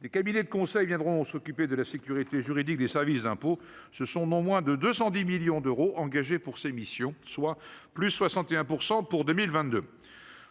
des cabinets de conseil viendront s'occuper de la sécurité juridique des services d'impôts, ce sont non moins de 210 millions d'euros engagés pour ces missions soient plus 61 % pour 2022,